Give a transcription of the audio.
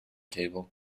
table